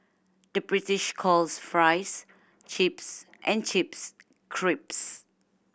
the British calls fries chips and chips crisps